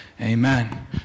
amen